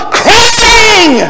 crying